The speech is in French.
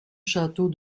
château